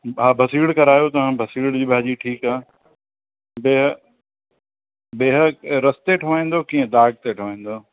हा बसीड़ करायो तव्हां बसीड़ जी भाॼी ठीकु आहे बिह बिह रस ते ठाहिराईंदा आहियो कीअं दाॻ ते ठाहिराईंदा आहियो